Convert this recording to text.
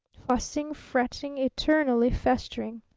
fussing, fretting, eternally festering.